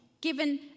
Given